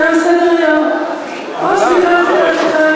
תם סדר-היום, או, סליחה.